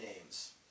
names